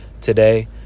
today